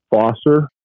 foster